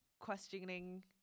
questioning